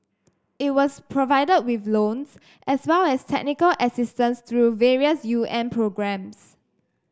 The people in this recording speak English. it was provided with loans as well as technical assistance through various UN programmes